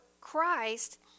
Christ